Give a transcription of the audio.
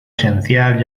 esencial